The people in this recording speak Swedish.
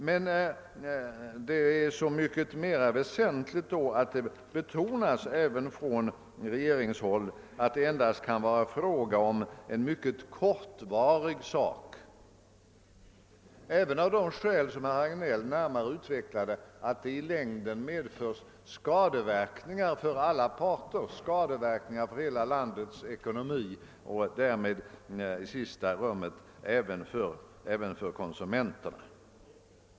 Men det är då så mycket mer väsentligt ati det betonas även från regeringshåll att det endast kan vara fråga om någonting mycket kortvarigt, även av de skäl som herr Hagnell närmare utvecklade, nämligen att det i längden medför skadeverkningar för alla parter, skadeverkningar för hela landets ekonomi och därmed i sista hand även för konsumenterna.